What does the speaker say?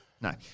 No